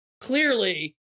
clearly